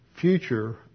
future